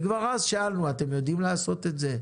וכבר אז שאלנו, אתם יודעים לעשות את זה?